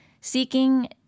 seeking